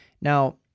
Now